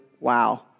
Wow